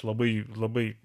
labai labai